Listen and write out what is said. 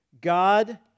God